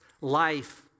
Life